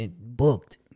booked